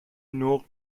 نقل